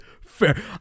Fair